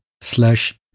slash